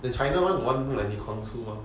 the china one got one look like lee kwang soo